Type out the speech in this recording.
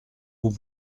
vous